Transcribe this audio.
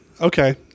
okay